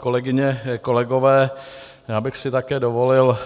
Kolegyně, kolegové, já bych si také dovolil